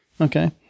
okay